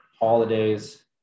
holidays